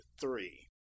Three